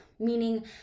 meaning